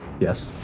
yes